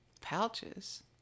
Pouches